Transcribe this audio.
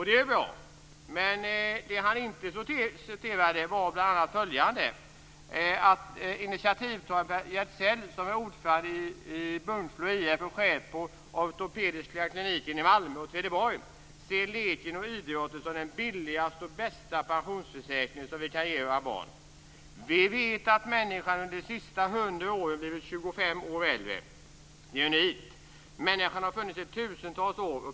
Det är bra, men det han inte nämnde var bl.a. att initiativtagare Gärdsell som är ordförande i Bunkeflo IF och chef på ortopediska kliniken i Malmö och Trelleborg ser leken och idrotten som den billigaste och bästa pensionsförsäkring som vi kan ge våra barn. Vi vet att människan under de senaste hundra åren har blivit 25 år äldre. Det är unikt. Människan har funnits i tusentals år.